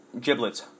giblets